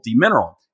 multimineral